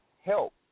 help